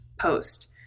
post